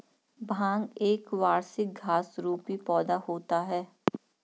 भांग एक वार्षिक घास रुपी पौधा होता है